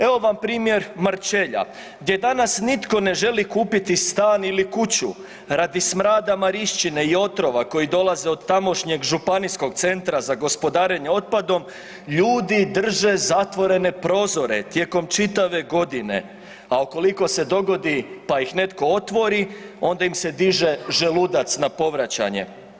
Evo vam primjer Marčelja gdje danas nitko ne želi kupiti stan ili kuću radi smrada Mariščine i otrova koji dolaze od tamošnjeg županijskog centra za gospodarenje otpadom ljudi drže zatvorene prostore tijekom čitave godine, a ukoliko se dogodi pa ih netko otvori onda im se diže želudac na povraćanje.